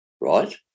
right